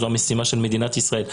זו המשימה של מדינת ישראל,